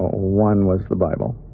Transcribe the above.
ah one was the bible,